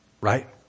Right